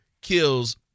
kills